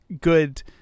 good